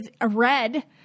red